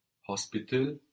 Hospital